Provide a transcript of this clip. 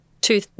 two